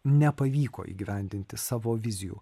nepavyko įgyvendinti savo vizijų